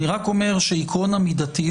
אני רק אומר שעקרון המידתיות,